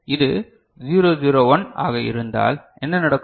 எனவே இது 0 0 1 ஆக இருந்தால் என்ன நடக்கும்